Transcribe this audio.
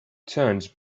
turns